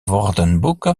woordenboek